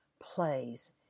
plays